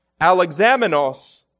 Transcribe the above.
Alexamenos